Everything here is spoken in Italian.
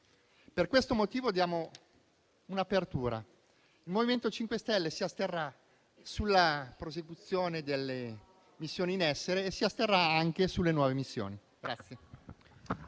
Per questo motivo offriamo un'apertura: il MoVimento 5 Stelle si asterrà sulla prosecuzione delle missioni in essere e si asterrà anche sulle nuove missioni.